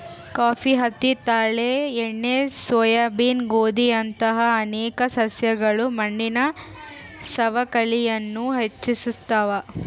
coffee ಹತ್ತಿ ತಾಳೆ ಎಣ್ಣೆ ಸೋಯಾಬೀನ್ ಗೋಧಿಯಂತಹ ಅನೇಕ ಸಸ್ಯಗಳು ಮಣ್ಣಿನ ಸವಕಳಿಯನ್ನು ಹೆಚ್ಚಿಸ್ತವ